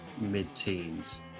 mid-teens